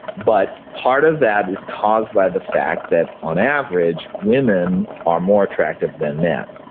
but part of that is caused by the fact that on average women are more attractive than men.